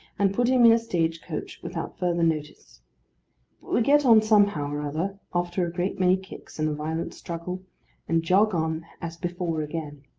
and put him in a stage-coach without further notice but we get on somehow or other, after a great many kicks and a violent struggle and jog on as before again.